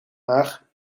haar